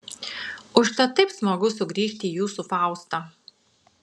užtat taip smagu sugrįžti į jūsų faustą